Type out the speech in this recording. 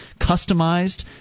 customized